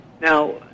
Now